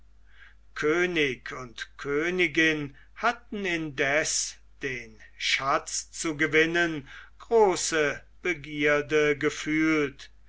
könig und königin hatten indes den schatz zu gewinnen große begierde gefühlt